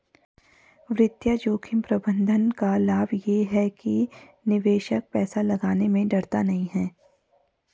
वित्तीय जोखिम प्रबंधन का लाभ ये है कि निवेशक पैसा लगाने में डरता नहीं है